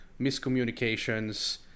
miscommunications